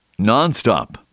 nonstop